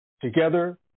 Together